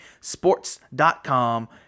sports.com